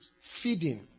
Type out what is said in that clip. Feeding